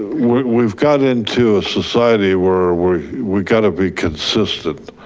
we've gotten to a society where where we got to be consistent.